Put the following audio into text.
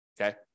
okay